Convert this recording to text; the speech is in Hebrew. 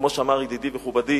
כמו שאמר ידידי מכובדי